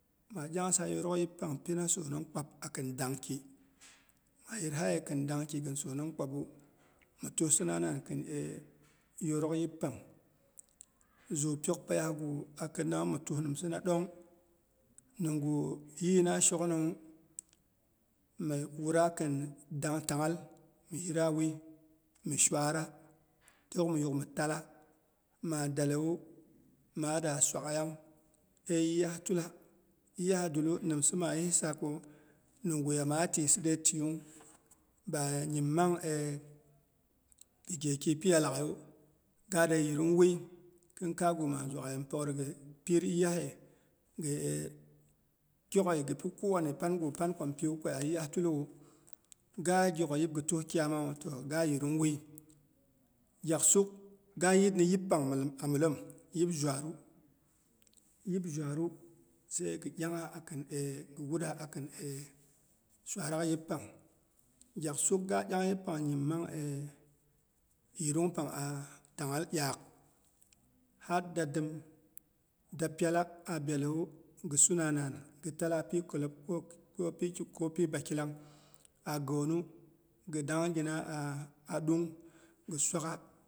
Maa iyaangsa yorokyipang pina sonong kpap akin dangki. Ma yirhaye kindaagki sonong kpabu, mi tusina nan kɨn yorok yip pang. Zuu pyok peiya gu akɨnna wu mitus nimhana ɗong. Nimgu yɨi na shoknawu, mi wura kɨn dang lang ghal mi shuara tok miyuk mi tala. Maa dalewu, maada swaggha yang eh yiyah tulla. Yiya dullu, nimsa maa yisa ko nimguya ma tyisa dei tyiyung ba nyim mang pi gheki piya laghaiyu. Gade yinung wui khinkaigu maazwagghaiye, mi poghor ghayi gɨ pɨir yiyahe, gɨ nyok ghe, gɨ pi ko wane gu oanki gɨ piwu koya yɨya tullun wu, ga gyok yip gɨ tuh kyamawu toh, ga yimung wui. Gyaksuk ga yitni yippang a milem. Yip zwanu, sai gɨ dyaangha akin gɨ wura akin shuarak yippang. Gyaksuk gaa dyang yip pang nyim mang yirung pang a tang'nghal diyaak. Had da dɨm da pyalla, a byalewu gɨ suna nan. Gɨ tala pi kɨlab kopi bakilang a goonu gɨ dangina aa